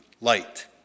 light